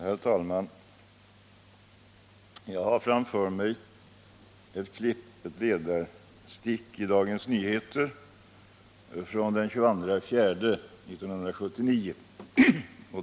Herr talman! Jag har framför mig ett ledarstick i DN från den 22 april 1979.